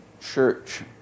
church